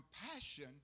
compassion